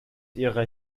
ihrer